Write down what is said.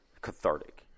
cathartic